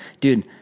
dude